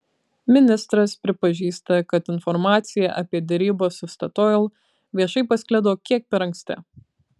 ministras pripažįsta kad informacija apie derybas su statoil viešai pasklido kiek per anksti